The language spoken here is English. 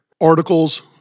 articles